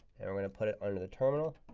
and we're going to put it onto the terminal.